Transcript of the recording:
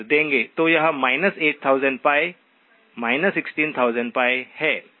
तो यह 8000π 16000 π हैं ठीक है